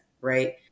right